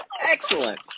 excellent